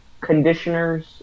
conditioners